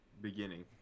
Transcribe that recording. beginning